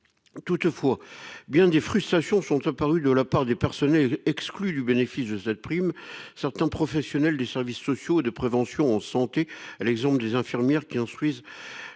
Toutefois, bien des frustrations ont été ressenties par les personnels exclus du bénéfice de cette prime : certains professionnels de services sociaux et de prévention en santé- par exemple, les infirmiers qui instruisent